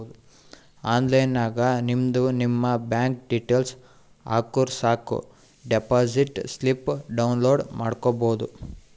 online ನಾಗ್ ನಿಮ್ದು ನಿಮ್ ಬ್ಯಾಂಕ್ ಡೀಟೇಲ್ಸ್ ಹಾಕುರ್ ಸಾಕ್ ಡೆಪೋಸಿಟ್ ಸ್ಲಿಪ್ ಡೌನ್ಲೋಡ್ ಮಾಡ್ಕೋಬೋದು